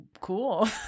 Cool